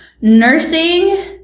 nursing